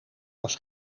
was